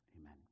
Amen